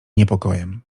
niepokojem